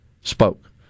spoke